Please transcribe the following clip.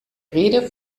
rede